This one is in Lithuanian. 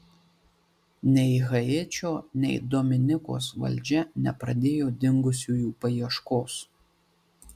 nei haičio nei dominikos valdžia nepradėjo dingusiųjų paieškos